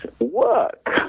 work